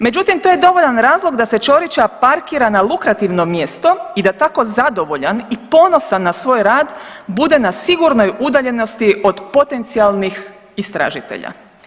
Međutim, to je dovoljan razlog da se Ćorića parkira na lukrativno mjesto i da tako zadovoljan i ponosan na svoj rad bude na sigurnoj udaljenosti od potencijalnih istražitelja.